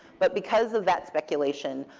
but because of that speculation,